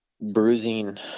bruising